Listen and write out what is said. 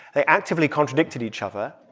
they actively contradicted each other.